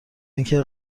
اینکه